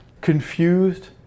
confused